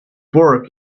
work